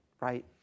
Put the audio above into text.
right